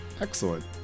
Excellent